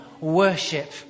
worship